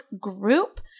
group